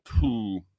Two